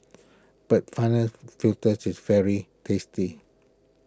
but final filters is very tasty